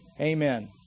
amen